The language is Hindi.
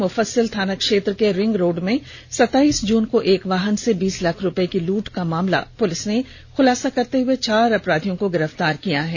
मुफस्सिल थाना क्षेत्र के रिंग रोड में सताईस जून को एक वाहन से बीस लाख रुपये की लूट मामले का पुलिस ने खुलासा करते हुए चार अपराधियों को गिरफ्तार किया है